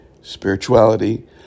Spirituality